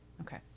Okay